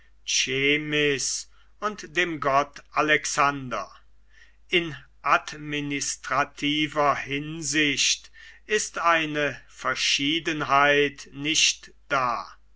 und dem gott alexander in administrativer hinsicht ist eine verschiedenheit nicht da